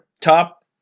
Top